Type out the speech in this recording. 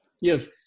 Yes